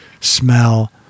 smell